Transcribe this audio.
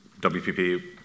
WPP